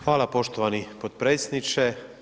Hvala poštovani potpredsjedniče.